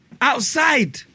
Outside